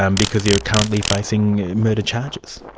um because you're currently facing murder charges'.